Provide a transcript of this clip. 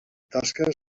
tasques